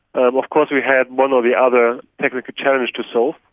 ah of course we had one or the other technical challenges to solve,